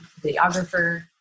videographer